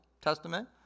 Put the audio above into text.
Testament